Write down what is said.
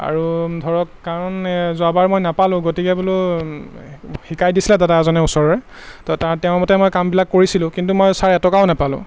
আৰু ধৰক কাৰণ যোৱাবাৰ মই নাপালোঁ গতিকে বোলো শিকাই দিছিলে দাদা এজনে ওচৰৰে তো তাৰ তেওঁৰমতে মই কামবিলাক কৰিছিলোঁ কিন্তু মই ছাৰ এটকাও নাপালোঁ